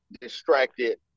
distracted